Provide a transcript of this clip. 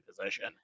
position